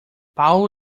paulo